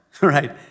right